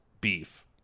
beef